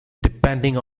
depending